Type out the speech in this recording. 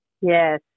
Yes